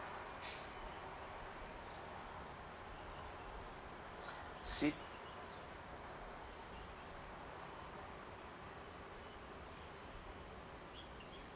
C